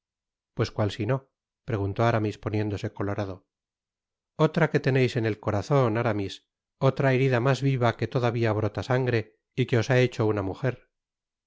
pues cual sino preguntó aramis poniéndose colorado otra que teneis en el corazon aramis otra herida mas viva que todavia brota sangre y que os ha hecho una mujer